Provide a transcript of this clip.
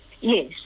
Yes